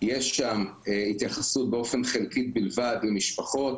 יש שם התייחסות באופן חלקי בלבד למשפחות,